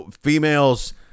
females